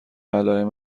علائم